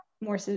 more